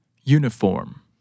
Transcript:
Uniform